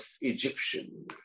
Egyptian